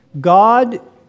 God